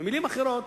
במלים אחרות,